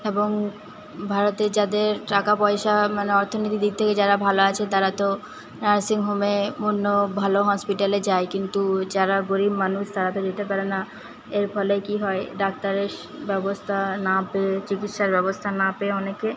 এবং ভারতে যাদের টাকাপয়সা মানে অর্থনীতি দিক থেকে যারা ভালো আছে তারা তো নার্সিংহোমে অন্য ভালো হসপিটালে যায় কিন্তু যারা গরীব মানুষ তারা তো যেতে পারে না এর ফলে কি হয় ডাক্তারের ব্যবস্থা না পেয়ে চিকিৎসার ব্যবস্থা না পেয়ে অনেকে